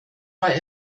war